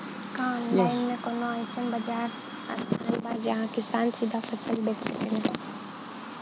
का आनलाइन मे कौनो अइसन बाजार स्थान बा जहाँ किसान सीधा फसल बेच सकेलन?